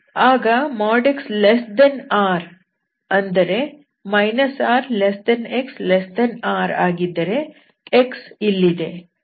ಆಗ |x|R ಅಂದರೆ RxR ಆಗಿದ್ದರೆ x ಇಲ್ಲಿದೆ